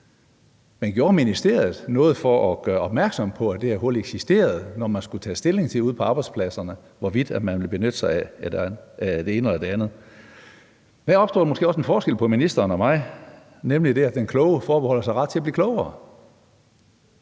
Men gjorde ministeriet noget for at gøre opmærksom på, at det her hul eksisterede, i forhold til at man ude på arbejdspladserne skulle tage stilling til, om man ville benytte sig af det ene eller det andet? Her er der måske også en forskel på ministeren og mig, nemlig i forhold til at den kloge forbeholder sig retten til at blive klogere.